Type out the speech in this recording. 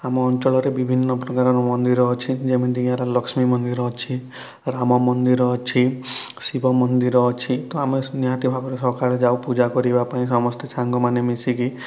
ଆମ ଅଞ୍ଚଳରେ ବିଭିନ୍ନ ପ୍ରକାରର ମନ୍ଦିର ଅଛି ଯେମିତି କି ହେଲା ଲକ୍ଷ୍ମୀ ମନ୍ଦିର ଅଛି ରାମ ମନ୍ଦିର ଅଛି ଶିବ ମନ୍ଦିର ଅଛି ତ ଆମେ ସବୁ ନିହାତି ଭାବରେ ସକାଳେ ଯାଉ ପୂଜା କରିବା ପାଇଁ ସମସ୍ତେ ସାଙ୍ଗ ମାନେ ମିଶିକି